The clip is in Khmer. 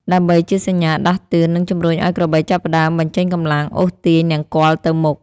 ដើម្បីជាសញ្ញាដាស់តឿន និងជំរុញឱ្យក្របីចាប់ផ្តើមបញ្ចេញកម្លាំងអូសទាញនង្គ័លទៅមុខ។